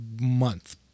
month